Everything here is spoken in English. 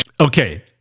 Okay